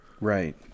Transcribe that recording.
right